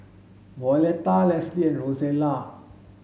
Violetta Leslie and Rosella